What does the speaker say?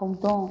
ꯍꯧꯗꯣꯡ